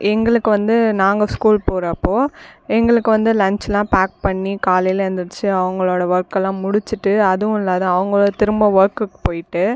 எங்களுக்கு வந்து நாங்கள் ஸ்கூல் போகிறப்போ எங்களுக்கு வந்து லன்ச்லாம் பேக் பண்ணி காலையில் எந்திரிச்சு அவங்களோடய ஒர்க் எல்லாம் முடிச்சுட்டு அதுவும் இல்லாத அவங்களும் திரும்ப ஒர்க்குக்கு போயிட்டு